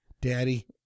Daddy